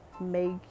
make